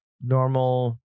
normal